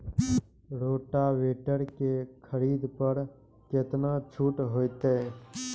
Rotavator के खरीद पर केतना छूट होते?